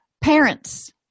Parents